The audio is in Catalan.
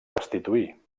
destituir